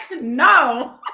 no